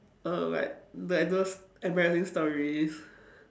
err like like those embarassing stories